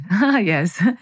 Yes